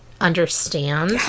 understand